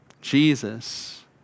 Jesus